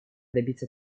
добиться